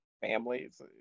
families